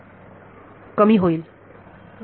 विद्यार्थी कमी होईल पटीने